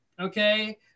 okay